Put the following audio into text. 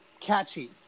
catchy